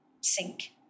sink